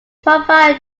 profile